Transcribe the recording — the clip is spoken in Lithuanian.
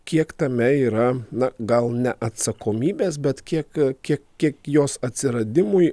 kiek tame yra na gal ne atsakomybės bet kiek kiek kiek jos atsiradimui